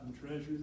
treasures